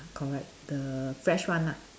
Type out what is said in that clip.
correct the fresh one ah